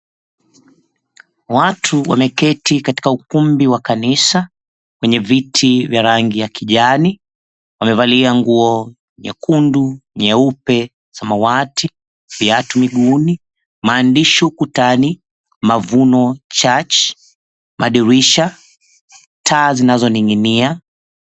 Watu wameketi katika ukumbi wa kanisa kwenye viti vya rangi ya kijani. Wamevalia nguo nyekundu, nyeupe, samawati, viatu miguuni, maandishi ukutani Mavuno Church, madirisha, taa zinazoning'inia.